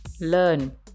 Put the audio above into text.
learn